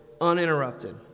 uninterrupted